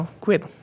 quit